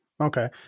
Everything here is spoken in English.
Okay